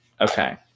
Okay